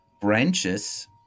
branches